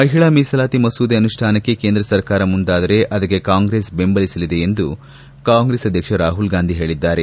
ಮಹಿಳೆಯರ ಮೀಸಲಾತಿ ಮಸೂದೆ ಅನುಷ್ಠಾನಕ್ಕೆ ಕೇಂದ್ರ ಸರ್ಕಾರ ಮುಂದಾದರೆ ಅದಕ್ಕೆ ಕಾಂಗ್ರೆಸ್ ಬೆಂಬಲಿಸಲಿದೆ ಎಂದು ಕಾಂಗ್ರೆಸ್ ಅಧ್ಯಕ್ಷ ರಾಹುಲ್ ಗಾಂಧಿ ಹೇಳಿದ್ದಾರೆ